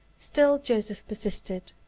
still joseph persisted.